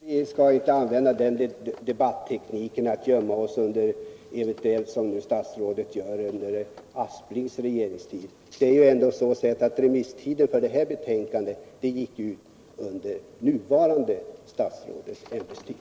Herr talman! Vi skall inte använda oss av den debattekniken att vi, som statsrådet nu gör, gömmer oss bakom vad som gjordes under herr Asplings regeringstid. Remisstiden för det nu aktuella betänkandet gick ju ändå ut under det nuvarande statsrådets ämbetstid.